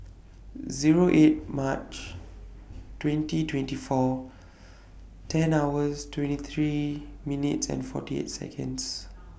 Zero eight March twenty twenty four ten hours twenty three minutes and forty eight Seconds